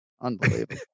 Unbelievable